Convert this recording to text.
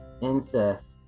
Incest